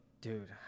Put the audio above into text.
dude